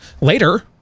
later